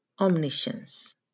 omniscience